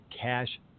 cash